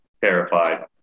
terrified